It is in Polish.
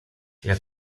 jak